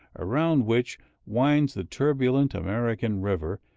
around which winds the turbulent american river,